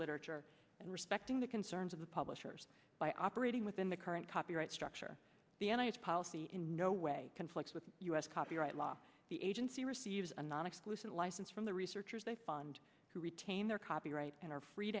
literature and respecting the concerns of the publishers by operating within the current copyright structure the policy in no way conflicts with the us copyright law the agency receives a non exclusive license from the researchers who retain their copyright and are free